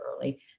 early